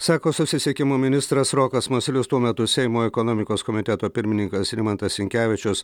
sako susisiekimo ministras rokas masiulis tuo metu seimo ekonomikos komiteto pirmininkas rimantas sinkevičius